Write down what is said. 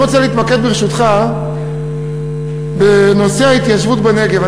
אני רוצה להתמקד, ברשותך, בנושא ההתיישבות בנגב.